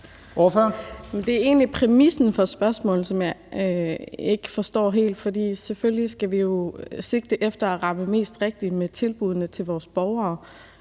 (S): Det er egentlig præmissen for spørgsmålet, som jeg ikke helt forstår, for selvfølgelig skal vi jo sigte efter at ramme mest rigtigt med tilbuddene til vores borgere.